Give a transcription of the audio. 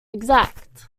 exact